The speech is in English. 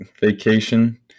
vacation